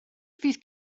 fydd